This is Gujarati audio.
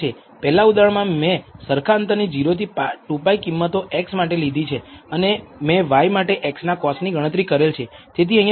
પહેલા ઉદાહરણમાં મેં સરખા અંતરની 0 થી 2π કિંમતો x માટે લીધી છે અને મેં y માટે x ના cos ની ગણતરી કરેલ છે